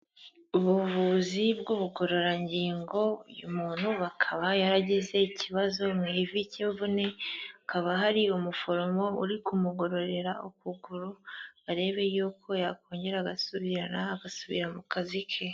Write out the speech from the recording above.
Ubuvuzi bw'ubugororangingo, uyu muntu akaba yaragize ikibazo mu ivi k'imvune, hakaba hari umuforomo uri kumugororera ukuguru, ngo arebe yuko yakongera agasubirana, agasubira mu kazi ke.